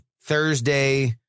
Thursday